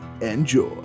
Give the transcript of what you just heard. Enjoy